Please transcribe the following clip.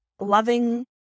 loving